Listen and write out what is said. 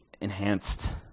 enhanced